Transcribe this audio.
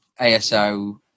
ASO